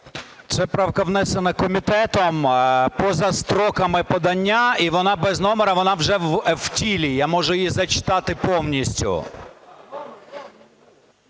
Ця правка внесена комітетом поза строками подання, і вона без номера, вона вже в тілі. Я можу її зачитати повністю.